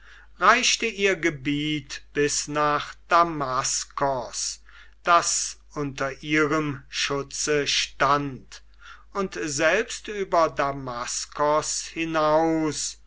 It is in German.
reichte ihr gebiet bis nach damaskos das unter ihrem schutze stand und selbst über damaskos hinaus